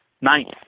ninth